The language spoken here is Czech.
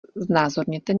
znázorněte